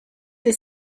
des